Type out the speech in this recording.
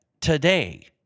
today